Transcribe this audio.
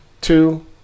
two